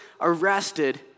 arrested